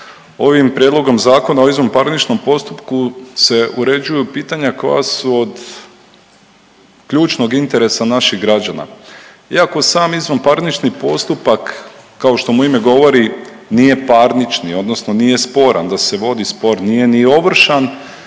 ovim prijedlogom Zakona o izvanparničnom postupku se uređuju pitanja koja su od ključnog interesa naših građana. Iako sam izvanparnični postupak kao što mu ime govori nije parnični odnosno nije sporan da se vodi spor, nije ni ovršan